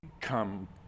come